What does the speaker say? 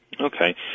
Okay